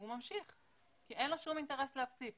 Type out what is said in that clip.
הוא ממשיך כי אין לו שום אינטרס להפסיק